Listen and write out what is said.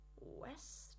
West